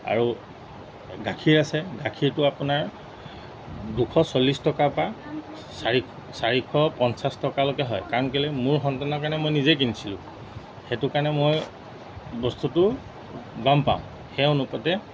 আৰু গাখীৰ আছে গাখীৰটো আপোনাৰ দুশ চল্লিছ টকাৰপৰা চাৰিশ চাৰিশ পঞ্চাছ টকালৈকে হয় কাৰণ কেলৈ মোৰ সন্তানৰ কাৰণে মই নিজেই কিনিছিলোঁ সেইটো কাৰণে মই বস্তুটো গম পাওঁ সেই অনুপাতে